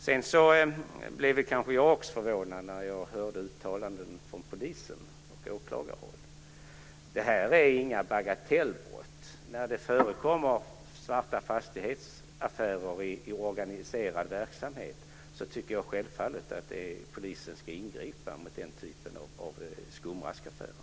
Också jag blev förvånad när jag hörde uttalandena från polisen och från åklagarhåll. Svarta lägenhetsaffärer i organiserad verksamhet är inga bagatellbrott, och jag tycker självfallet att polisen ska ingripa mot den typen av skumraskaffärer.